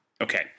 Okay